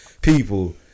people